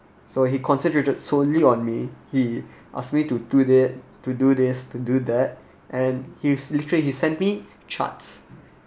so he concentrated solely on me he asked me to do that to do this to do that and his literally he sent me charts